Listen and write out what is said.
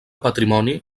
patrimoni